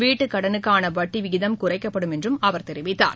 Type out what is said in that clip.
வீட்டு கடனுக்கான வட்டி விகிதம் குறைக்கப்படும் என்றும் அவர் தெரிவித்தார்